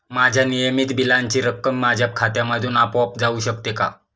माझ्या नियमित बिलाची रक्कम माझ्या खात्यामधून आपोआप जाऊ शकते का?